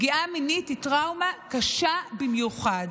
פגיעה מינית היא טראומה קשה במיוחד.